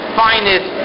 finest